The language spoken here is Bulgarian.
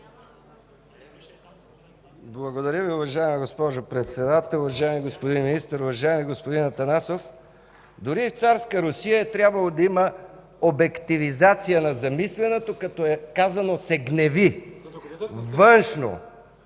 Благодаря Ви, уважаема госпожо Председател. Уважаеми господин Министър! Уважаеми господин Атанасов, дори и в царска Русия е трябвало да има обективизация на замисляното, като е казано „се гневи” – външно